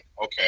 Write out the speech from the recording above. okay